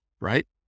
right